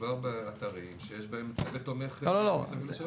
שמדובר באתר שיש בהם צוות תומך 24/7. לא,